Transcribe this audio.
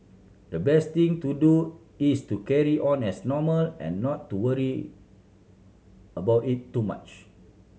the best thing to do is to carry on as normal and not to worry about it too much